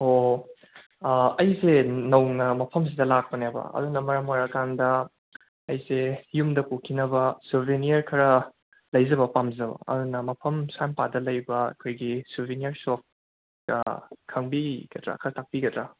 ꯑꯣꯍ ꯑꯩꯁꯦ ꯅꯧꯅ ꯃꯐꯝꯁꯤꯗ ꯂꯥꯛꯄꯅꯦꯕ ꯑꯗꯨꯅ ꯃꯔꯝ ꯑꯣꯏꯔꯀꯥꯟꯗ ꯑꯩꯁꯦ ꯌꯨꯝꯗ ꯄꯨꯈꯤꯅꯕ ꯁꯣꯕꯤꯅꯤꯌꯔ ꯈꯔ ꯂꯩꯖꯕ ꯄꯥꯝꯖꯕ ꯑꯧꯅ ꯃꯐꯝ ꯁ꯭ꯋꯥꯏ ꯃꯄꯥꯗ ꯂꯩꯕ ꯑꯩꯈꯣꯏꯒꯤ ꯁꯣꯕꯤꯅꯤꯌꯔ ꯁꯣꯞ ꯈꯪꯕꯤꯒꯗ꯭ꯔꯥ ꯈ꯭ꯔ ꯇꯥꯛꯄꯤꯒꯗ꯭ꯔꯥ